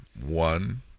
One